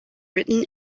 written